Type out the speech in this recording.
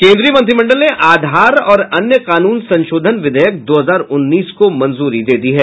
केन्द्रीय मंत्रिमंडल ने आधार और अन्य कानून संशोधन विधेयक दो हजार उन्नीस को मंजूरी दे दी है